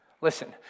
Listen